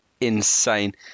insane